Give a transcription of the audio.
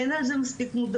אין על זה מספיק מודעות,